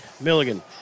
Milligan